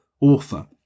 author